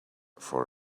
for